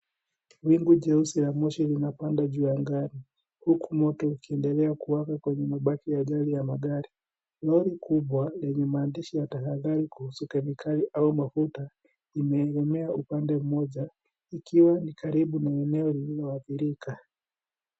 Wingu jeusi la moshi, linapanda juu angani. Huku moto ukiendelea kuwaka kwenye mabati ya ajali ya magari. Lori kubwa, lenye maandishi ya tahadhari kuhusu kemikali au mafuta, imeegemea upande mmoja, likiwa karibu na eneo lililoathirika.